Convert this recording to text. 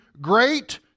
great